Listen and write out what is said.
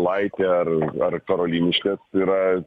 laitė ar ar karoliniškės yra